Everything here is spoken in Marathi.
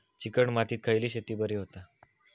चिकण मातीत खयली शेती बरी होता?